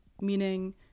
meaning